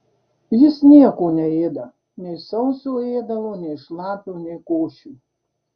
jis nieko neėda nei sauso ėdalo nei šlapio nei košių